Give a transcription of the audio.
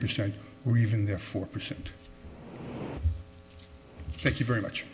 percent or even their four percent thank you very much